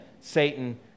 Satan